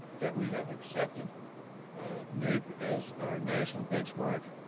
that we have accepted naep as our national benchmark,